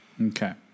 Okay